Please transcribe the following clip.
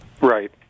Right